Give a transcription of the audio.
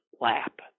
lap